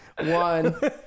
one